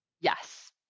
Yes